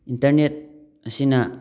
internet ꯑꯁꯤꯅ